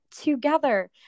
together